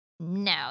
no